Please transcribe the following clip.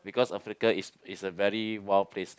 because Africa is is a very wild place